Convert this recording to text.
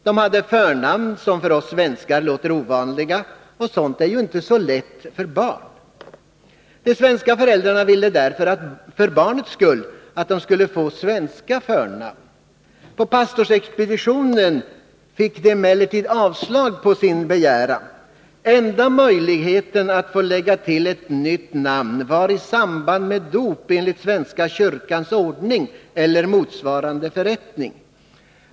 De hade förnamn som för oss svenskar låter ovanliga, och sådant är inte lätt för barn. De svenska föräldrarna ville därför, för barnens skull, att dessa skulle få svenska förnamn. På pastorsexpeditionen fick de emellertid avslag på sin begäran. Enda möjligheten att få lägga till ett nytt förnamn var i samband med dop enligt svenska kyrkans ordning eller motsvarande förrättning.